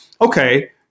Okay